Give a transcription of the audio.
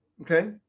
Okay